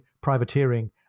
privateering